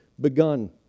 begun